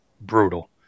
brutal